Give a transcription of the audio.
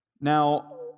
Now